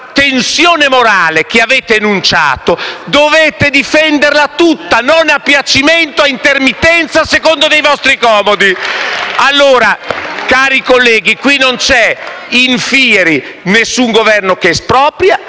tensione morale che avete enunciato, dovete difenderla tutta, non a piacimento e a intermittenza, a seconda dei vostri comodi. Cari colleghi, qui non c'è *in fieri* alcun Governo che espropria.